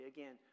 Again